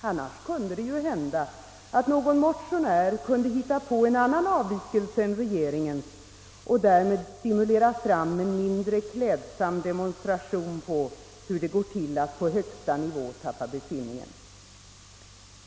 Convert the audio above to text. Annars kunde det ju hända att någon motionär kunde hitta på en annan avvikelse än regeringens och därmed stimulera fram en mindre klädsam demonstration av hur det går till att på högsta nivå tappa besinningen.